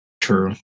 True